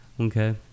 Okay